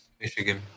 Michigan